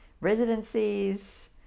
residencies